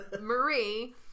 Marie